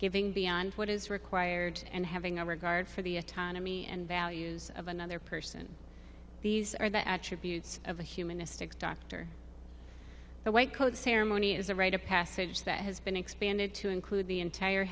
giving beyond what is required and having a regard for the autonomy and values of another person these are the attributes of a humanistic doctor the white coat ceremony is a rite of passage that has been expanded to include the entire